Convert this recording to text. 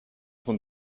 von